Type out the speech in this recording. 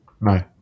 No